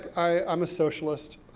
i'm a socialist,